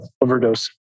overdose